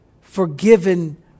forgiven